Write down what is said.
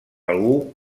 algú